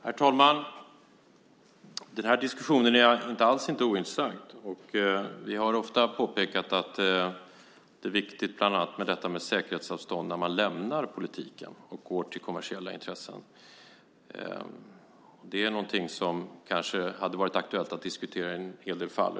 Herr talman! Den här diskussionen är inte alls ointressant. Vi har ofta påpekat att det är viktigt, detta med säkerhetsavstånd, när man lämnar politiken och går till kommersiella intressen. Det är någonting som kanske skulle ha varit aktuellt att diskutera i en hel del fall.